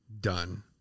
done